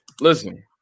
Listen